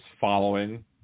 following